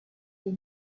les